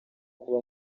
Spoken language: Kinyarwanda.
kuba